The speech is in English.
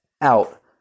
out